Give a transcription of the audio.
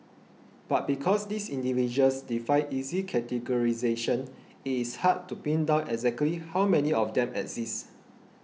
but because these individuals defy easy categorisation it is hard to pin down exactly how many of them exist